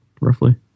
roughly